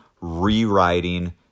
Rewriting